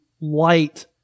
light